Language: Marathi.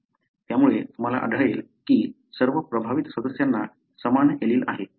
त्यामुळे तुम्हाला आढळेल की सर्व प्रभावित सदस्यांना समान एलील आहे